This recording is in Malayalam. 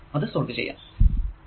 അത് സോൾവ് ചെയ്യാം